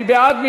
מי בעד?